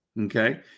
Okay